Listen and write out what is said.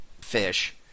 fish